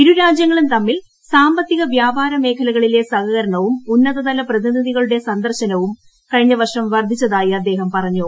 ഇരു രാജ്യങ്ങളും തമ്മിൽ സാമ്പത്തിക വ്യാപാര മേഖലകളിലെ സഹകരണവും ഉന്നത തല പ്രതിനിധികളുടെ സന്ദർശനവും കഴിഞ്ഞ വർഷം വർദ്ധിച്ച തായി അദ്ദേഹം പറഞ്ഞു